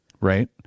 Right